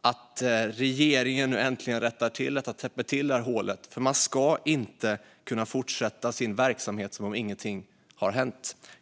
och att regeringen nu äntligen täpper till det här hålet. Man ska inte kunna fortsätta sin verksamhet som om ingenting har hänt.